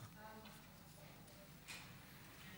אני